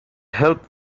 help